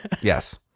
Yes